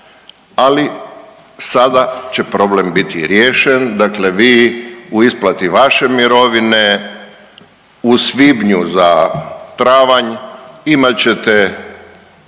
ali sada će problem biti riješen. Dakle, vi u isplati vaše mirovine u svibnju za travanj imat ćete